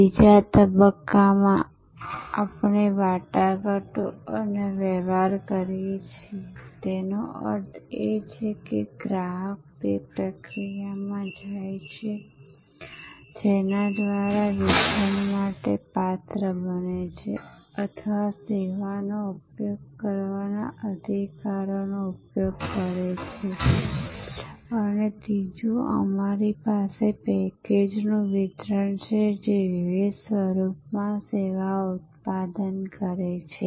બીજા તબક્કામાં આપણે વાટાઘાટો અને વ્યવહાર કરીએ છીએ તેનો અર્થ એ છે કે ગ્રાહક તે પ્રક્રિયામાં જાય છે જેના દ્વારા વિતરણ માટે પાત્ર બને છે અથવા સેવાનો ઉપયોગ કરવાના અધિકારનો ઉપયોગ કરે છે અને ત્રીજું અમારી પાસે પેકેજનુ વિતરણ છે જે વિવિધ સ્વરૂપમાં સેવા ઉત્પાદન છે